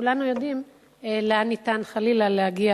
כולנו יודעים לאן ניתן חלילה להגיע